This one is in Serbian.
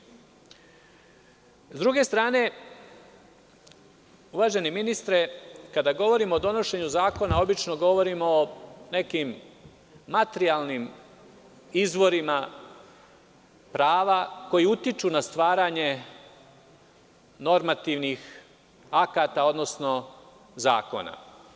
S druge strane, uvaženi ministre, kada govorimo o donošenju zakona, obično govorimo o nekim materijalnim izvorima prava koji utiču na stvaranje normativnih akata, odnosno zakona.